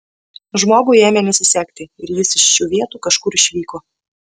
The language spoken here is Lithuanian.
žmogui ėmė nesisekti ir jis iš šių vietų kažkur išvyko